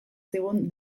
zigun